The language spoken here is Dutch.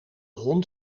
hond